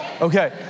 Okay